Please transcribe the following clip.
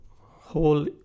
whole